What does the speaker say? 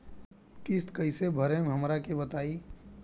किस्त कइसे भरेम हमरा के बताई?